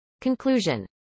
Conclusion